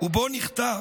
ובו נכתב: